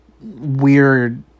weird